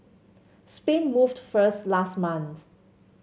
Spain moved first last month